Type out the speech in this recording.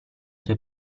tue